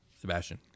sebastian